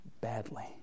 badly